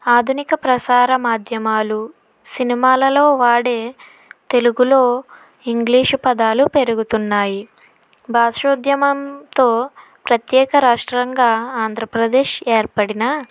ఆధునిక ప్రసార మాధ్యమాలు సినిమాలలో వాడే తెలుగులో ఇంగ్లీషు పదాలు పెరుగుతున్నాయి భాషోద్యమంతో ప్రత్యేక రాష్ట్రంగా ఆంధ్రప్రదేశ్ ఏర్పడిన